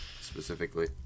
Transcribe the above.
specifically